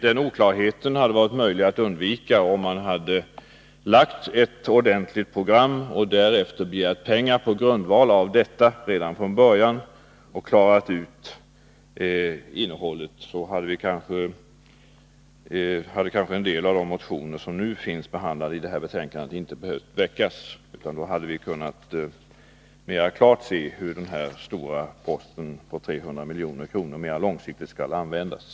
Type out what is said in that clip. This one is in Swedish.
Den oklarheten hade varit möjlig att undvika om man från början framlagt ett ordentligt program och därefter begärt pengar på grundval av detta. Då hade kanske en del av de motioner som har behandlats i det här betänkandet inte behövt väckas. Då hade vi klarare kunnat se hur denna stora post på 300 milj.kr. mer långsiktigt skall användas.